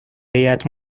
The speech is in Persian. هیات